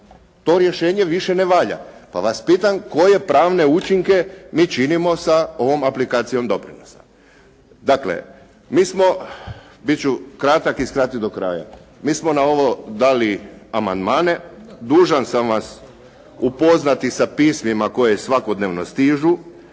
To rješenje više ne valja. Pa vas pitam koje pravne učinke mi činimo sa ovom aplikacijom doprinosa. Dakle, bit ću kratak i skratiti do kraja, mi smo na ovo dali amandmane, dužan sam vas upoznati sa pismima koja svakodnevno stižu